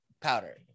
powder